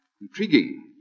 Intriguing